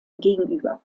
gegenüber